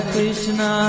Krishna